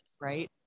right